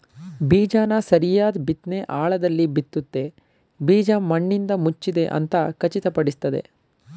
ಬೀಜನ ಸರಿಯಾದ್ ಬಿತ್ನೆ ಆಳದಲ್ಲಿ ಬಿತ್ತುತ್ತೆ ಬೀಜ ಮಣ್ಣಿಂದಮುಚ್ಚಿದೆ ಅಂತ ಖಚಿತಪಡಿಸ್ತದೆ